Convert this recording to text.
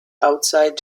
outside